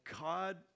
God